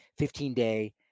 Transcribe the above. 15-day